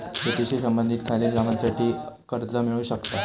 शेतीशी संबंधित खालील कामांसाठी कर्ज मिळू शकता